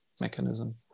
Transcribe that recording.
mechanism